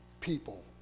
people